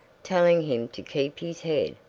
telling him to keep his head,